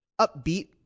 upbeat